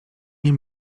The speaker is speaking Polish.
nie